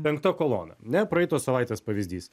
penkta kolona ane praeitos savaitės pavyzdys